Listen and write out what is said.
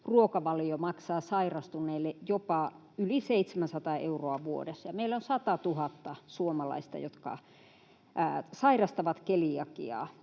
ruokavalio maksaa sairastuneille jopa yli 700 euroa vuodessa, ja meillä on 100 000 suomalaista, jotka sairastavat keliakiaa.